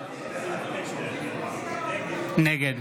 נגד